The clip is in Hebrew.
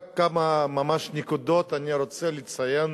רק כמה, ממש נקודות, אני רוצה לציין